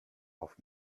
auf